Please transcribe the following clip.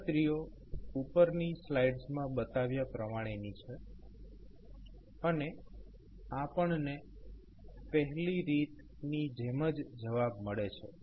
ગણતરીઓ ઉપરની સ્લાઇડ્સમાં બતાવ્યા પ્રમાણેની છે અને આપણને પહેલી રીતની જેમ જ જવાબ મળે છે